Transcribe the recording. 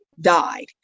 died